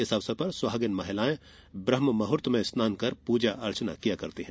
इस अवसर पर सुहागिन महिलाएं ब्रहममुहर्त में स्नान कर पूजा अर्चना करती है